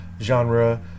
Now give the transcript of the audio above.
genre